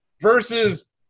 Versus